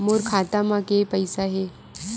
मोर खाता म के पईसा हे?